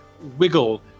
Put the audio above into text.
wiggle